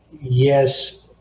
Yes